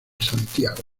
santiago